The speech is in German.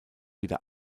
wieder